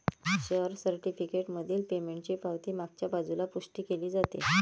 share certificate मधील पेमेंटची पावती मागच्या बाजूला पुष्टी केली जाते